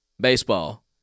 Baseball